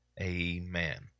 amen